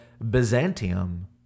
Byzantium